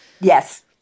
Yes